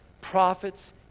Prophets